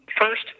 first